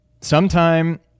Sometime